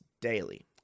daily